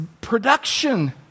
production